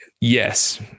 Yes